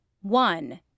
One